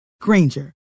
Granger